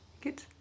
good